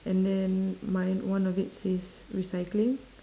and then mine one of it says recycling